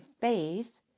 faith